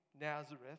Nazareth